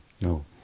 No